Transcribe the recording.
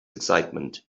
excitement